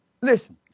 listen